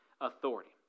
authority